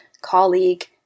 colleague